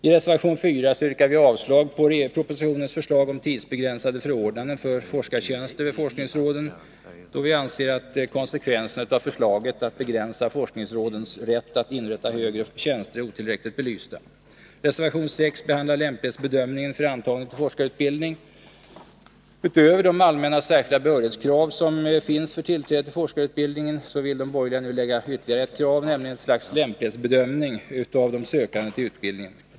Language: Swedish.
I reservation 4 yrkar vi avslag på propositionens förslag om tidsbegränsade förordnanden på forskartjänster vid forskningsråden, då vi anser att konsekvenserna av förslaget att begränsa forskningsrådens rätt att inrätta högre tjänster är otillräckligt belysta. Reservation 6 behandlar lämplighetsbedömning för antagning till forskarutbildning. Utöver de allmänna och särskilda behörighetskrav som finns för tillträde till forskarutbildningen vill de borgerliga nu lägga till ytterligare ett krav, nämligen ett slags lämplighetsbedömning av den sökande till utbildningen.